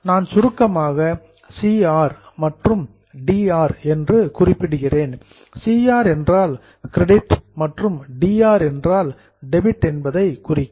நான் சுருக்கமாக சிஆர் மற்றும் டிஆர் என்று குறிப்பிடுகிறேன் சிஆர் என்றால் கிரெடிட் மற்றும் டிஆர் என்றால் டெபிட் என்பதை குறிக்கும்